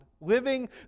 living